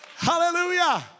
Hallelujah